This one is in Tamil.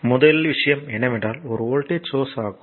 முதல் விஷயம் என்னவென்றால் ஒரு வோல்டேஜ் சோர்ஸ் ஆகும்